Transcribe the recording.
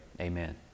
Amen